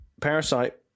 Parasite